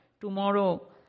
tomorrow